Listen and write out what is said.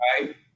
right